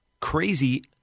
crazy